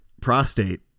prostate